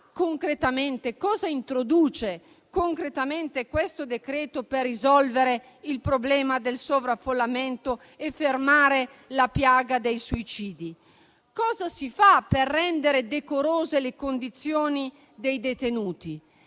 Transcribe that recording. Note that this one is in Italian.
cosa introduce concretamente questo decreto per risolvere il problema del sovraffollamento e fermare la piaga dei suicidi? Cosa si fa per rendere decorose le condizioni dei detenuti?